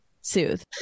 soothe